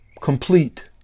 complete